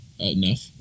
enough